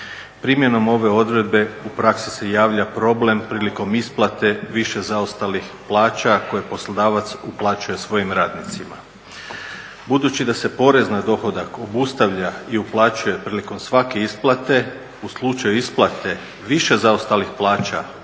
Primjenom ove odredbe u praksi se javlja problem prilikom isplate više zaostalih plaća koje je poslodavac uplaćuje svojim radnicima. Budući da se porez na dohodak obustavlja i uplaćuje prilikom svake isplate u slučaju isplate više zaostalih plaća,